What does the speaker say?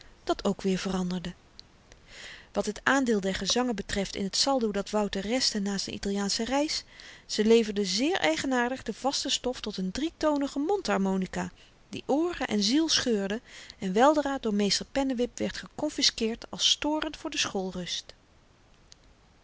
dat ook weer veranderde wat het aandeel der gezangen betreft in het saldo dat wouter restte na z'n italiaansche reis ze leverden zeer eigenaardig de vaste stof tot n drietonige mondharmonika die ooren en ziel scheurde en weldra door meester pennewip werd gekonfiskeerd als storend voor de